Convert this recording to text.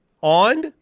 on